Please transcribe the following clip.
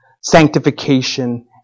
sanctification